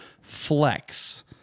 flex